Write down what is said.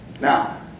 Now